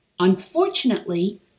Unfortunately